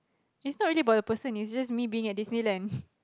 is not really about the person it's just me being at Disneyland